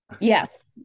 Yes